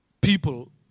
people